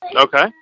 okay